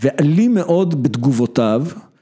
‫ואלים מאוד בתגובותיו.